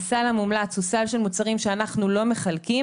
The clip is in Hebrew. הסל המומלץ הוא סל של מוצרים שאנחנו לא מחלקים.